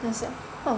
yah sia